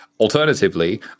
Alternatively